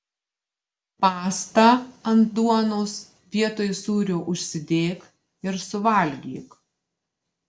pastą ant duonos vietoj sūrio užsidėk ir suvalgyk